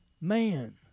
man